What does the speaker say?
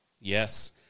Yes